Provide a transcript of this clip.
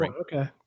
okay